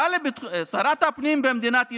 שרת הפנים במדינת ישראל,